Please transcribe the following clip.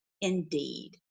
indeed